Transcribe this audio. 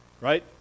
right